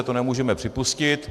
To nemůžeme připustit.